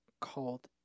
called